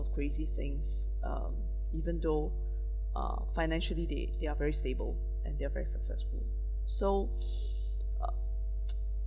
of crazy things um even though uh financially they they are very stable and they are very successful so uh